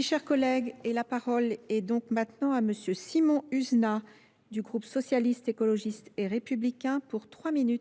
Chers collègues. est donc maintenant à M. Simon Husa, du groupe socialiste, écologiste et républicain pour 3 min